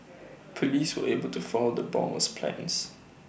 Police were able to foil the bomber's plans